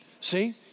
See